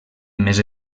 més